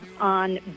on